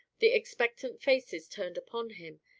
the expectant faces turned upon him,